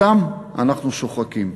אותם אנחנו שוחקים.